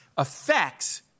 affects